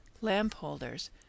lamp-holders